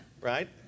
right